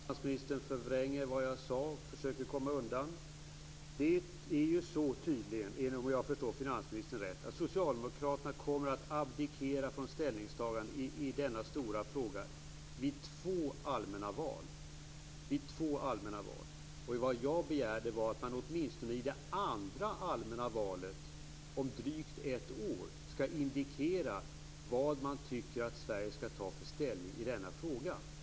Fru talman! Finansministern förvränger vad jag sade och försöker komma undan. Tydligen är det så, om jag förstår finansministern rätt, att Socialdemokraterna vid två allmänna val kommer att abdikera från ett ställningstagande i denna stora fråga. Vad jag begär är att man åtminstone i det andra allmänna valet, om drygt ett år, indikerar vilket ställningstagande man tycker att Sverige skall göra i denna fråga.